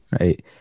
Right